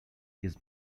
his